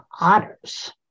otters